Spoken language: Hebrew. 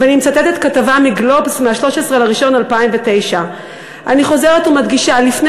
ואני מצטטת כתבה מ"גלובס" מ-13 לינואר 2009. אני חוזרת ומדגישה: לפני